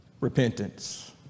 Repentance